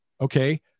Okay